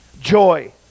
joy